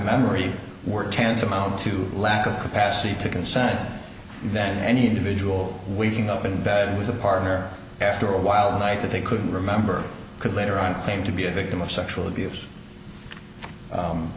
memory work tantamount to lack of capacity to consent then any individual weaving up in bed with a partner after a while the night that they couldn't remember could later on claim to be a victim of sexual abuse